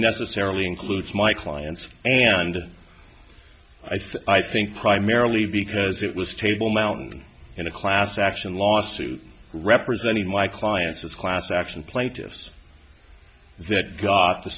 necessarily includes my clients and i think primarily because it was table mountain in a class action lawsuit representing my clients as class action plaintiffs that got the